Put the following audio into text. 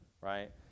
right